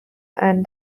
and